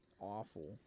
Awful